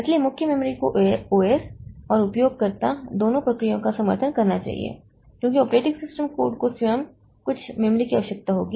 इसलिए मुख्य मेमोरी को ओ एस और उपयोगकर्ता दोनों प्रक्रियाओं का समर्थन करना चाहिए क्योंकि ऑपरेटिंग सिस्टम कोड को स्वयं कुछ मेमोरी की आवश्यकता होगी